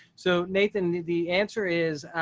so, nathan, the the answer is,